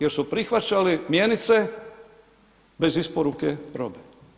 Jer su prihvaćali mjenice bez isporuke robe.